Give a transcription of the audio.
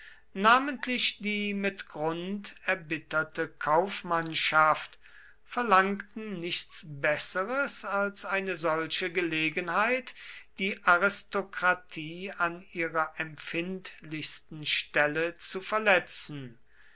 namentlich die mit grund erbitterte kaufmannschaft verlangten nichts besseres als eine solche gelegenheit die aristokratie an ihrer empfindlichsten stelle zu verletzen